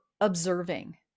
observing